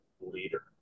leader